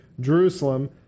Jerusalem